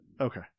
Okay